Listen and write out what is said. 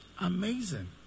Amazing